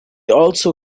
also